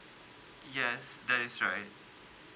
yes that is right